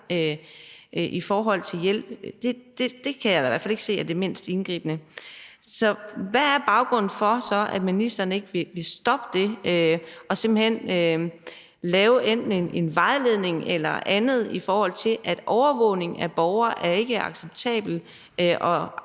i forhold til at få hjælp. Det kan jeg da i hvert fald ikke se er det mindst indgribende. Så hvad er baggrunden for, at ministeren ikke vil stoppe det og simpelt hen lave en vejledning eller andet, i forhold til at overvågning af borgere ikke er acceptabelt, og